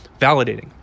validating